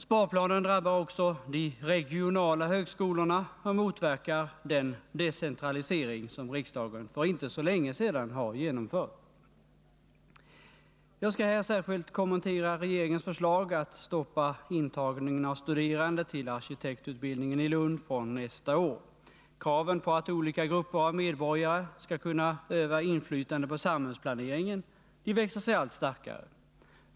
Sparplanen drabbar också de regionala högskolorna och motverkar den decentralisering som riksdagen för inte så länge sedan har genomfört. Jag skall här särskilt kommentera regeringens förslag att stoppa intagningen av studerande till arkitektutbildningen i Lund från nästa år. Kraven på att olika grupper av medborgare skall kunna öva inflytande på samhällsplaneringen växer sig allt starkare.